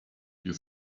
you